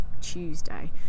Tuesday